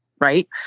right